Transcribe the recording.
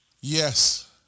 Yes